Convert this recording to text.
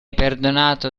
perdonato